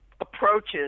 approaches